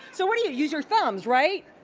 so what do you use your thumbs, right,